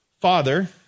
Father